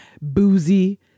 boozy